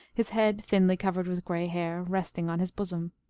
his head, thinly covered with gray hair, resting on his bosom.